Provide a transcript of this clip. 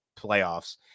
playoffs